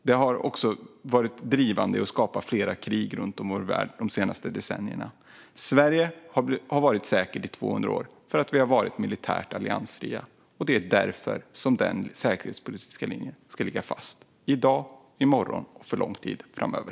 Nato har också varit drivande i att skapa flera krig runt om i vår värld under de senaste decennierna. Sverige har varit säkert i två hundra år för att vi har varit militärt alliansfria. Det är därför den säkerhetspolitiska linjen ska ligga fast - i dag, i morgon och för lång tid framöver.